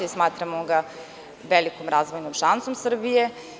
Smatramo ga velikom razvojnom šansom Srbije.